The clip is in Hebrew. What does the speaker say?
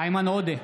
איימן עודה,